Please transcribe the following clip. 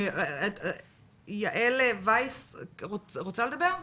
יעל וייס רוצה לדבר?